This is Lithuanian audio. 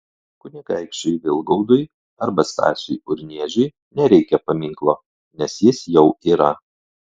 kunigaikščiui vilgaudui arba stasiui urniežiui nereikia paminklo nes jis jau yra